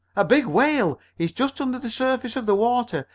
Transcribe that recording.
a big whale! he's just under the surface of the water!